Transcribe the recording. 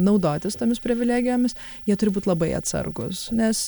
naudotis tomis privilegijomis jie turi būt labai atsargūs nes